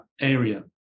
area